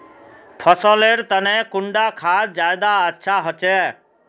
फसल लेर तने कुंडा खाद ज्यादा अच्छा होचे?